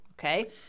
okay